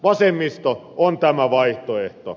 vasemmisto on tämä vaihtoehto